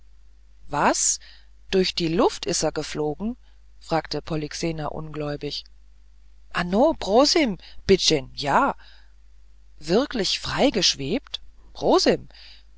was durch die luft is er geflogen fragte polyxena ungläubig ano prosim bitt schän ja wirklich frei geschwebt prosim